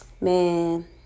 man